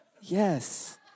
Yes